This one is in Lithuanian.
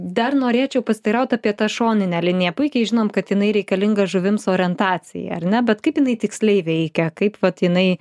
dar norėčiau pasiteirauti apie tą šoninę liniją puikiai žinom kad jinai reikalinga žuvims orientacijai ar ne bet kaip jinai tiksliai veikia kaip vat jinai